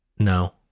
No